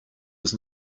was